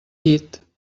llit